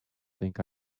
think